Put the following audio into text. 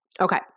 Okay